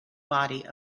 body